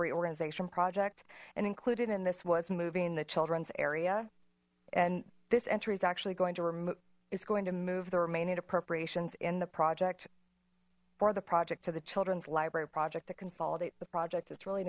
reorganization project and included in this was moving the children's area and this entry is actually going to remove is going to move the remaining appropriations in the project for the project to the children's library project to consolidate the project it's really